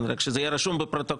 רק שזה יהיה רשום בפרוטוקול,